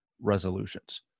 resolutions